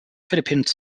philippine